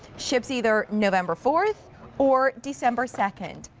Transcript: ships either november fourth or december second.